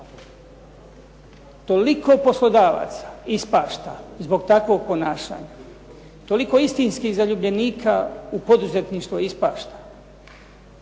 Toliko poslodavaca ispašta zbog takvog ponašanja, toliko istinskih zaljubljenika u poduzetništvo ispašta,